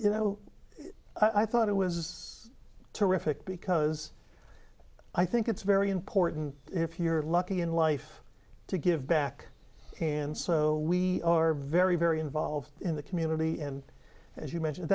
you know i thought it was terrific because i think it's very important if you're lucky in life to give back and so we are very very involved in the community and as you mentioned